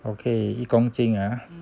okay 一公斤 ah